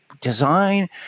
design